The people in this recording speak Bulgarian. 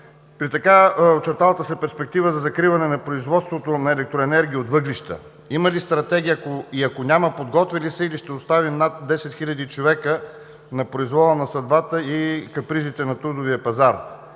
При така очерталата се перспектива за закриване на производството на електроенергия от въглища, има ли стратегия? Ако няма, подготвя ли се, или ще оставим над 10 хиляди човека на произвола на съдбата и на капризите на трудовия пазар?